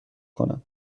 کنند